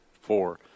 four